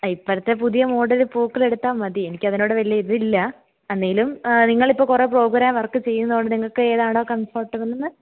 ഇപ്പോഴത്തെ പുതിയ മോഡൽ പൂക്കൾ എടുത്താൽ മതി എനിക്ക് അതിനോട് വലിയ ഇതില്ല അന്നേലും നിങ്ങളിപ്പോൾ കുറെ പ്രോഗ്രാം വർക്ക് ചെയ്യുന്നത് കൊണ്ട് നിങ്ങൾക്ക് ഏതാണോ കംഫേർട്ട് എന്ന്